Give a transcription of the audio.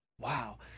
Wow